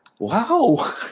Wow